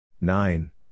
nine